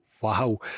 wow